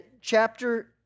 chapter